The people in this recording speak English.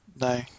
No